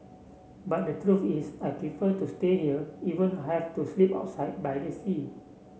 but the truth is I prefer to stay here even I have to sleep outside by the sea